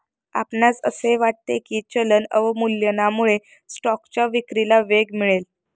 आपणास असे वाटते की चलन अवमूल्यनामुळे स्टॉकच्या विक्रीला वेग मिळेल?